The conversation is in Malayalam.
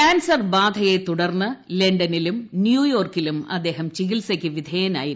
കാൻസർ ബാധയെ തുടർന്ന് ലണ്ടനിലും ന്യൂയോർക്കിലും അദ്ദേഹം ചികിത്സയ്ക്ക് വിധേയനായിരുന്നു